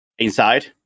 inside